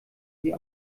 sie